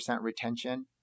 retention